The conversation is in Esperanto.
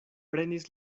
prenis